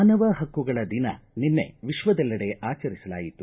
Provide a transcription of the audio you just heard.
ಮಾನವ ಹಕ್ಕುಗಳ ದಿನ ನಿನ್ನೆ ವಿಶ್ವದೆಲ್ಲೆಡೆ ಆಚರಿಸಲಾಯಿತು